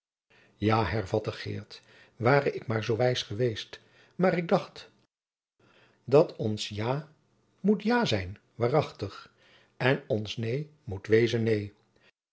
ja hervatte geert ware ik maar zoo wijs geweest maar ik dacht dat ons ja moet ja zijn waerachtigh en ons neen moet wesen neen